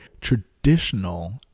traditional